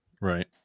right